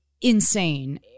insane